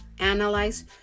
Analyze